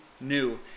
new